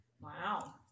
Wow